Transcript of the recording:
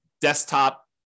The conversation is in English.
desktop